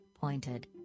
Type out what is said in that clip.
pointed